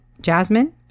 jasmine